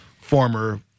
former